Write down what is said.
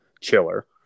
chiller